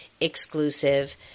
exclusive